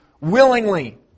willingly